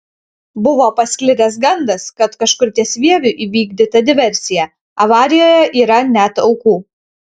buvo pasklidęs gandas kad kažkur ties vieviu įvykdyta diversija avarijoje yra net aukų